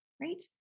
right